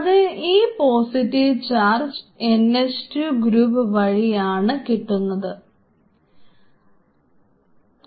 അതിന് ഈ positive charge NH 2 group വഴി ആണ് ഉണ്ടാകുന്നത്